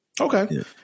okay